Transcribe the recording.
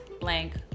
blank